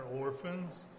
orphans